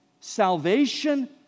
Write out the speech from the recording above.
salvation